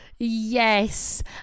yes